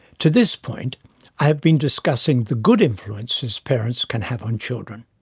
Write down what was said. to this point i have been discussing the good influences parents can have on children.